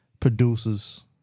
producers